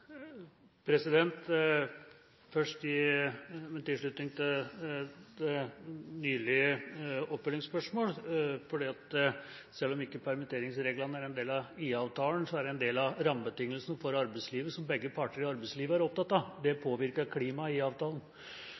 Først vil jeg gi min tilslutning til det nylige oppfølgingsspørsmål, for selv om permitteringsreglene ikke er en del av IA-avtalen, er det en del av rammebetingelsene for arbeidslivet som begge parter i arbeidslivet er opptatt av. Det påvirker klimaet i avtalen.